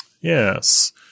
Yes